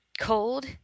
COLD